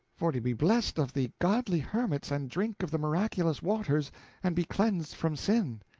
for to be blessed of the godly hermits and drink of the miraculous waters and be cleansed from sin.